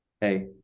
hey